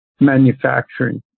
manufacturing